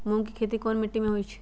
मूँग के खेती कौन मीटी मे होईछ?